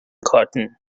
cotton